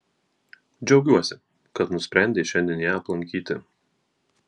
džiaugiuosi kad nusprendei šiandien ją aplankyti